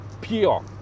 Pure